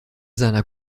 seiner